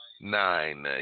Nine